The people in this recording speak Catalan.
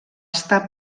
estar